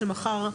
שמחר,